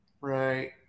Right